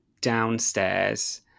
downstairs